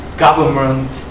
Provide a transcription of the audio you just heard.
Government